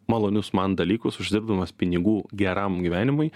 malonius man dalykus uždirbdamas pinigų geram gyvenimui